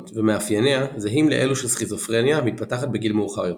ומאפייניה זהים לאלו של סכיזופרניה המתפתחת בגיל מאוחר יותר.